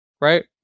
right